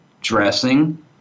dressing